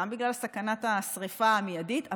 גם בגלל סכנת השרפה המיידית,